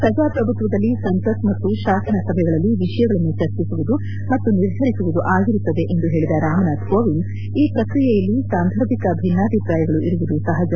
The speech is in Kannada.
ಪ್ರಜಾಪ್ರಭುತ್ವದಲ್ಲಿ ಸಂಸತ್ ಮತ್ತು ಶಾಸನ ಸಭೆಗಳಲ್ಲಿ ವಿಷಯಗಳನ್ನು ಚರ್ಚಿಸುವುದು ಮತ್ತು ನಿರ್ಧರಿಸುವುದು ಆಗಿರುತ್ತದೆ ಎಂದು ಹೇಳಿದ ರಾಮನಾಥ್ ಕೋವಿಂದ್ ಈ ಪ್ರಕ್ರಿಯೆಯಲ್ಲಿ ಸಾಂದರ್ಭಿಕ ಭಿನ್ನಾಭಿಪ್ರಾಯಗಳು ಇರುವುದು ಸಹಜ